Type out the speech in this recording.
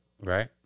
Right